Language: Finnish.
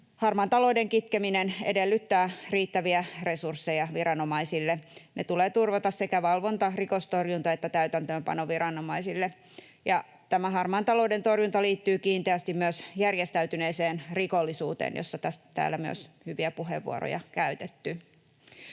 Harmaan talouden kitkeminen edellyttää riittäviä resursseja viranomaisille. Ne tulee turvata sekä valvonta-, rikostorjunta- että täytäntöönpanoviranomaisille. Tämä harmaan talouden torjunta liittyy kiinteästi myös järjestäytyneeseen rikollisuuteen, josta täällä on myös hyviä puheenvuoroja käytetty.